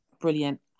brilliant